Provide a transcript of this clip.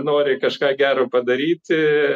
nori kažką gero padaryti